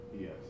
yes